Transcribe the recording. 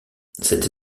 cette